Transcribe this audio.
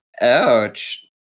Ouch